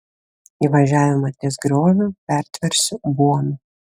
įvažiavimą ties grioviu pertversiu buomu